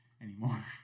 anymore